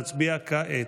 נצביע כעת.